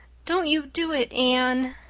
don't you do it, anne,